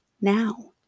now